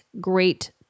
great